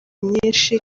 myinshi